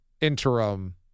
interim